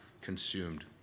consumed